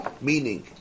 meaning